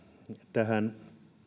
tähän